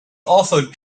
also